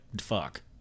fuck